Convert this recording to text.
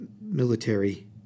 military